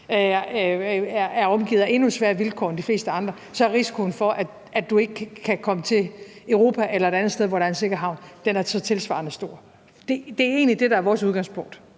er omgivet af endnu sværere vilkår end de fleste andre, er risikoen for, at du ikke kan komme til Europa eller et andet sted, hvor der er en sikker havn, tilsvarende stor. Det er egentlig det, der er vores udgangspunkt.